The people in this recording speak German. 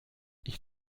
ich